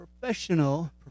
professional